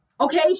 Okay